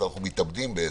אנחנו מתאבדים בעצם,